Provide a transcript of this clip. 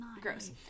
gross